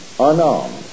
Unarmed